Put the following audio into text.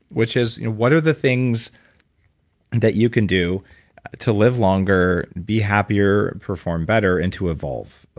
which is what are the things that you can do to live longer, be happier, perform better, and to evolve?